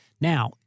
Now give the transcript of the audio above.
Now